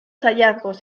hallazgos